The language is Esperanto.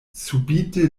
subite